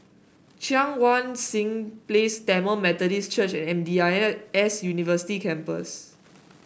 Cheang Wan Seng Place Tamil Methodist Church M D I S University Campus